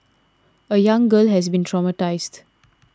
a young girl has been traumatised